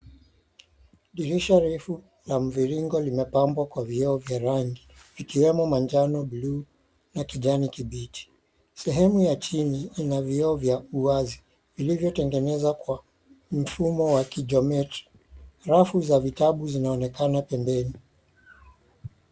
Dirisha refu la mviringo limepambwa vioo vya rangi, vikiwemo majano,(cs)blu(cs) na kijani kibichi. sehemu ya chini Ina vioo vya uwazi vilivyotengenezwa kwa mfumo wa (cs)kijometri(cs). sharafu za vitabu zinaonekana pembeni.